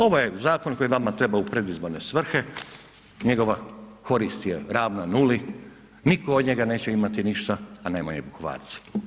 Ovaj je zakon koji vama treba u predizborne svrhe, njegova korist je ravna nuli, nitko od njega neće imati ništa, a najmanje Vukovarci.